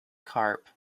carp